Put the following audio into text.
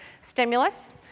stimulus